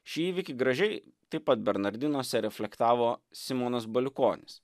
šį įvykį gražiai taip pat bernardinuose reflektavo simonas baliukonis